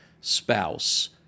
spouse